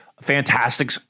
Fantastic